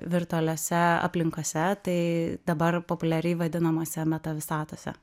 virtualiose aplinkose tai dabar populiariai vadinamose meta visatuose